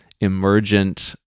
emergent